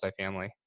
multifamily